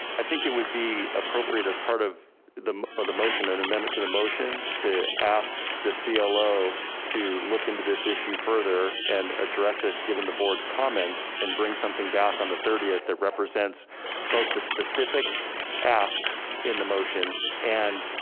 ah it would be appropriate as part of the of the motion, an amendment to the motion, to ask the ah clo to look into this issue further and address it given the board's comments and bring something back on the thirtieth that represents both the specific asks in the motion and